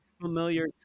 familiar